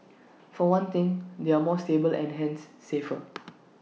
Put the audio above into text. for one thing they are more stable and hence safer